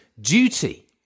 duty